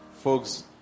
folks